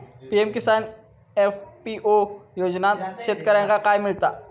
PM Kisan FPO योजनाच्यात शेतकऱ्यांका काय मिळता?